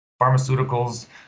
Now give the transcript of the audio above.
pharmaceuticals